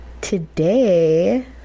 today